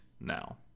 now